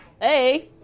Hey